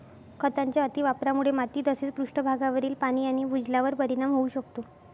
खतांच्या अतिवापरामुळे माती तसेच पृष्ठभागावरील पाणी आणि भूजलावर परिणाम होऊ शकतो